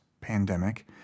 pandemic